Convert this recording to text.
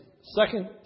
second